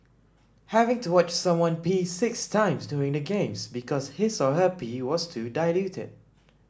having to watch someone pee six times during the Games because his or her pee was too diluted